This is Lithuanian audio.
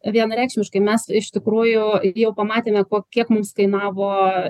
vienareikšmiškai mes iš tikrųjų jau pamatėme ko kiek mums kainavo